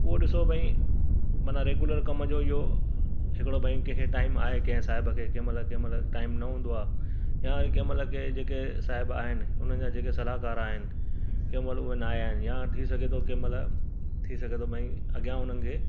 उहो ॾिसो भई माना रेग्युलर कमु जो इहो हिकिड़ो भई कंहिंखे टाइम आहे कंहिं साहिब खे कंहिं महिल कंहिं महिल टाइम न हूंदो आहे या कंहिं महिल के जेके साहिब आहिनि उन्हनि जा जेके सलाहकार आहिनि कंहिं महिल उहे न आया हिन या थी सघे थो कंहिं महिल थी सघे थो भई अॻियां हुनखे